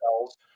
cells